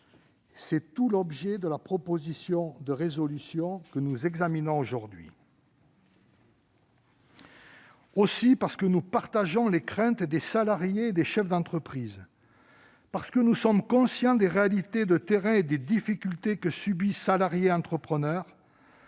C'est tout l'objet de la proposition de résolution que nous examinons aujourd'hui. Parce qu'il partage les craintes des salariés et des chefs d'entreprise et qu'il est conscient des réalités de terrain et des difficultés que subissent salariés et entrepreneurs,